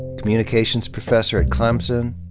communications professor at clemson.